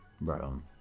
bro